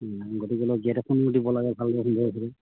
গতিকেলৈ গেট এখনো দিব লাগে ভালদৰে সুন্দৰভাৱে